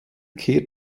kehrt